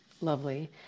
Lovely